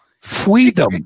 freedom